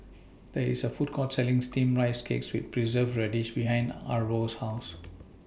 There IS A Food Court Selling Steamed Rice Cake with Preserved Radish behind Arvo's House